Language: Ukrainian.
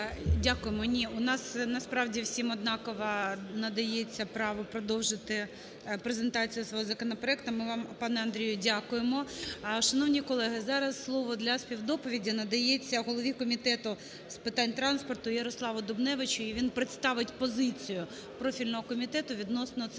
Дякуємо. Ні, у нас насправді всім однаково надається право продовжити презентацію свого законопроекту. Ми вам, пане Андрію, дякуємо. Шановні колеги, зараз слово для співдоповіді надається голові Комітету з питань транспорту Ярославу Дубневичу. І він представить позицію профільного комітету відносно цих двох